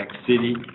City